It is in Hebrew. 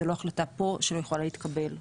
זו לא החלטה פה שיכולה להתקבל,